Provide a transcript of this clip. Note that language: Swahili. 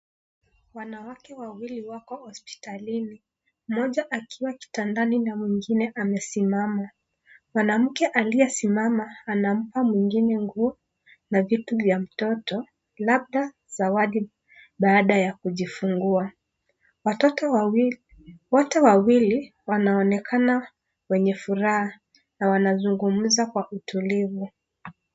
Wanawake wawili wako hospitalini. Mmmoja akiwa kitandani na mwingine amesimama. Mwanamke aliyesimama, anampa mwingine nguo na vitu vya mtoto, labda zawadi baada ya kujifungua. Watoto wawili, wote wawili wanaonekana wenye furaha na wanazungumza kwa utulivu.